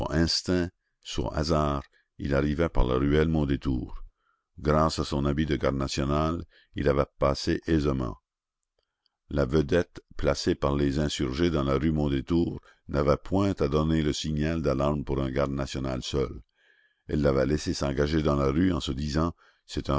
instinct soit hasard il arrivait par la ruelle mondétour grâce à son habit de garde national il avait passé aisément la vedette placée par les insurgés dans la rue mondétour n'avait point à donner le signal d'alarme pour un garde national seul elle l'avait laissé s'engager dans la rue en se disant c'est un